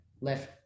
left